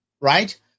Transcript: right